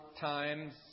times